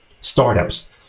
startups